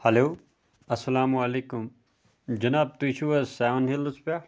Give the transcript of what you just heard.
hello اَسلامُ علیکُم جِناب تُہۍ چھِو حظ سٮ۪وَن ہِلٕز پٮ۪ٹھ